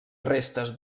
restes